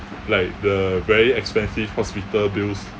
like the very expensive hospital bills